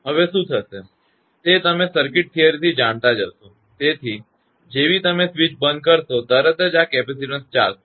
હવે શું થશે તે તમે સર્કિટ થિયરીથી જાણતા જ હશો તેથી જેવી તમે સ્વિચ બંધ કરશો તરત જ આ કેપેસિટેન્સ ચાર્જ થશે